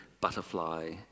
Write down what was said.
butterfly